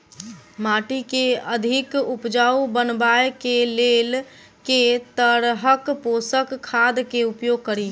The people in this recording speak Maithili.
माटि केँ अधिक उपजाउ बनाबय केँ लेल केँ तरहक पोसक खाद केँ उपयोग करि?